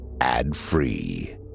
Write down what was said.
ad-free